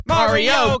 Mario